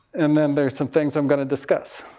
and then there are some things i'm going to discuss.